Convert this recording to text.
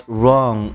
wrong